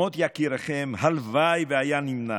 מות יקיריכם, הלוואי והיה נמנע.